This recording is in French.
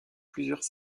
plusieurs